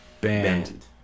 band